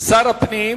שר הפנים